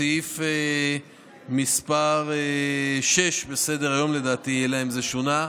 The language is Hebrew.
סעיף מס' 6 בסדר-היום, לדעתי, אלא אם זה שונה.